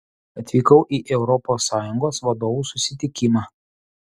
atvykau į europos sąjungos vadovų susitikimą